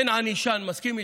כן ענישה, אני מסכים איתך.